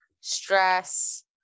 stress